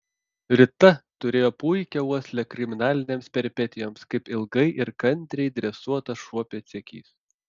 rita turėjo puikią uoslę kriminalinėms peripetijoms kaip ilgai ir kantriai dresuotas šuo pėdsekys